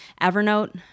Evernote